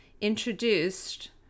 introduced